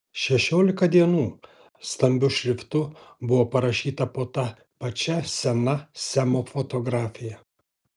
šešiolika dienų stambiu šriftu buvo parašyta po ta pačia sena semo fotografija